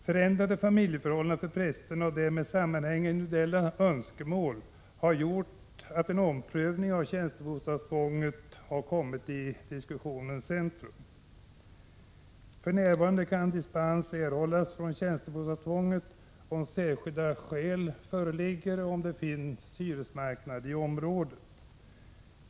Förändrade familjeförhållanden för prästerna och därmed sammanhängande individuella önskemål har gjort att en omprövning av tjänstebostadstvånget har kommit i diskussionens centrum. För närvarande kan dispens erhållas från tjänstebostadstvånget om särskilda skäl föreligger och om det finns en hyresmarknad i området.